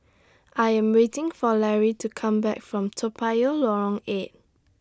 I Am waiting For Larry to Come Back from Toa Payoh Lorong eight